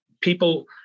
people